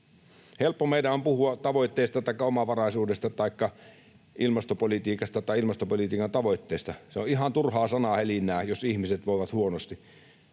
Helppo meidän on puhua tavoitteista taikka omavaraisuudesta taikka ilmastopolitiikasta tai ilmastopolitiikan tavoitteista. Se on ihan turhaa sanahelinää, jos ihmiset voivat huonosti.